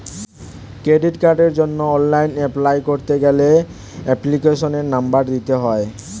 credit কার্ডের জন্য online apply করতে গেলে এপ্লিকেশনের নম্বর দিতে হয়